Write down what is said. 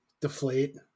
deflate